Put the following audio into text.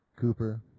Cooper